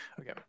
Okay